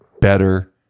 better